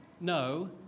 no